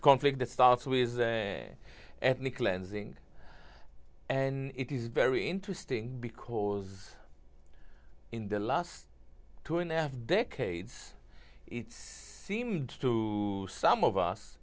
conflict that starts with ethnic cleansing and it is very interesting because in the last two and a half decades it seemed to some of us